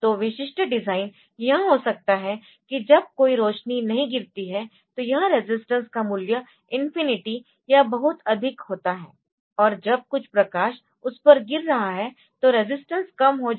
तोविशिष्ट design यह हो सकता है कि जब कोई रोशनी नहीं गिरती है तो यह रेजिस्टेंस का मूल्य इंफिनिटी या बहुत अधिक होता है और जब कुछ प्रकाश उस पर गिर रहा है तो रेजिस्टेंस कम हो जाएगा